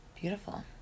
beautiful